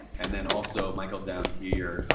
and then also. michael, down here,